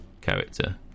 character